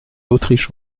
autriche